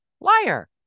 liar